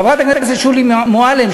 חברת הכנסת שולי מועלם,